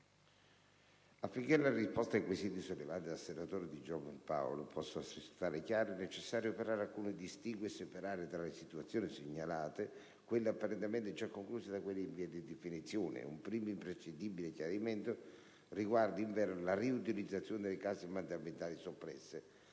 affinché la risposta ai quesiti sollevati dal senatore Di Giovan Paolo possa risultare chiara, è necessario operare alcuni distinguo e separare tra le situazioni segnalate quelle apparentemente già concluse da quelle in via di definizione. Un primo imprescindibile chiarimento riguarda, invero, la riutilizzazione delle case mandamentali soppresse.